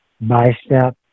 bicep